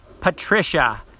Patricia